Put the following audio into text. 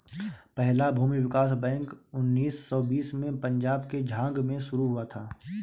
पहला भूमि विकास बैंक उन्नीस सौ बीस में पंजाब के झांग में शुरू हुआ था